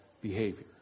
behavior